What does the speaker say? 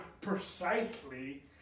precisely